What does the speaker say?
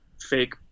fake